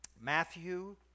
Matthew